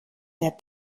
der